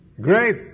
Great